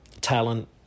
talent